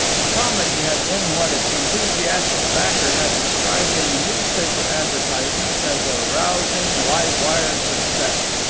the comedy had been what its enthusiastic backer had described in the newspaper advertisements as a rousing live-wire success.